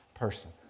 Person